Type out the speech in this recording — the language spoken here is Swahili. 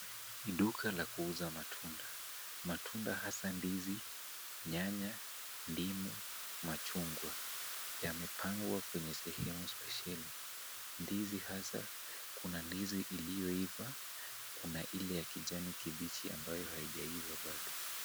Ni duka la kuuza matunda. Matunda hasa ndizi, nyanya, ndimu, machungwa yamepangwa kwenye sehemu spesheli. Ndizi hasa, kuna ndizi iliyoiva, kuna ile ya kijani kibichi ambayo haijaiva bado.